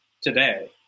today